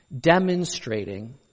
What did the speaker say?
demonstrating